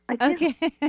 Okay